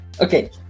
Okay